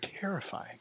terrifying